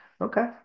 okay